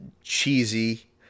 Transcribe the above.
cheesy